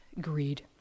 greed